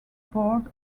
board